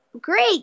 great